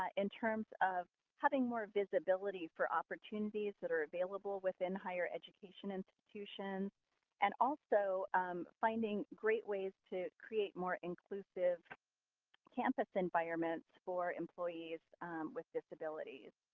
ah in terms of having more visibility for opportunities that are available within higher-education institutions and also finding great ways to create more inclusive campus environments for employees with disabilities.